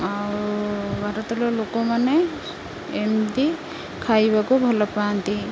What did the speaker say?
ଆଉ ଭାରତର ଲୋକମାନେ ଏମିତି ଖାଇବାକୁ ଭଲ ପାଆନ୍ତି